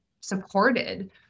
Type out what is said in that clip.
supported